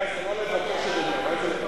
הבעיה זה לא לבקש, אדוני, הבעיה זה לקבל.